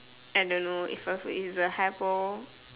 I don't know if a food is the hypo